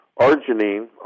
arginine